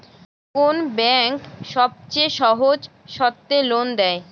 কোন ব্যাংক সবচেয়ে সহজ শর্তে লোন দেয়?